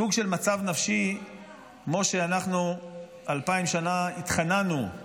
סוג של מצב נפשי כמו שאנחנו אלפיים שנה התחננו,